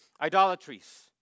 idolatries